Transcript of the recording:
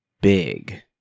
big